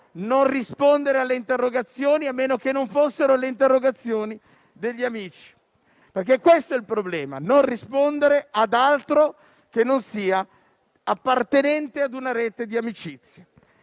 non rispondere alle interrogazioni, a meno che non fossero le interrogazioni degli amici. Questo è il problema: non rispondere ad altro che non sia appartenente a una rete di amicizie.